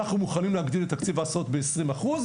אפשר לומר "אנחנו מוכנים להגדיל את תקציב ההסעות ב-20 אחוז,